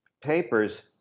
papers